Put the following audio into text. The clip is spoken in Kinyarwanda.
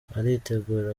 baritegura